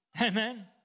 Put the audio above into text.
Amen